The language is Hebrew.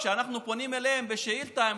כשאנחנו פונים אליהם בשאילתה,